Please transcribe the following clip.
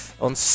on